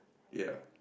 ya